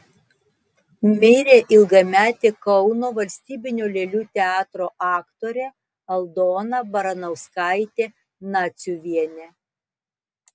mirė ilgametė kauno valstybinio lėlių teatro aktorė aldona baranauskaitė naciuvienė